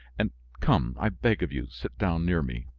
and come, i beg of you, sit down near me.